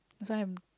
that's why I'm